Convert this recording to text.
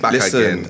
Listen